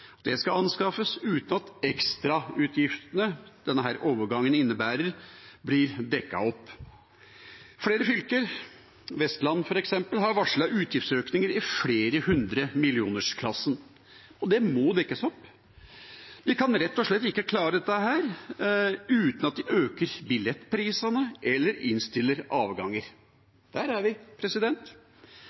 osv. skal anskaffes uten at de ekstra utgiftene som denne overgangen innebærer, blir dekket opp. Flere fylker, Vestland f.eks., har varslet utgiftsøkninger i flere hundremillionersklassen. Det må dekkes opp. De kan rett og slett ikke klare dette uten at de øker billettprisene eller innstiller avganger. Der er vi.